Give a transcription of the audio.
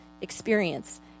experience